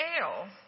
Ale